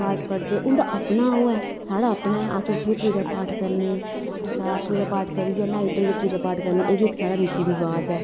नमाज़ पढ़दे उंदा अपना ओह् ऐ साढ़ा अपना अस उत्थें पूजा पाठ करने अच्छा न्हाई धोइयै पूजा पाठ करने साढ़ा रीति रवाज़ ऐ